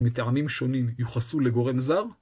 מטעמים שונים יוחסו לגורם זר?